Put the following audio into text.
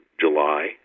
July